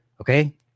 Okay